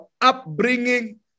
upbringing